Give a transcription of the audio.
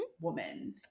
woman